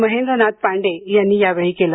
महेंद्र नाथ पांडे यांनी यावेळी केलं